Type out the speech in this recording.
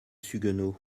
suguenot